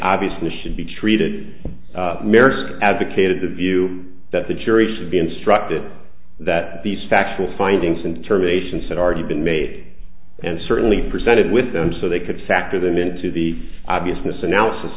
obviously should be treated advocated the view that the jury should be instructed that these factual findings and determination said already been made and certainly presented with them so they could factor them into the obviousness analysis